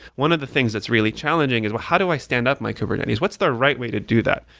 one of the things that's really challenging is, but how do i stand up my kubernetes? what's the right way to do that?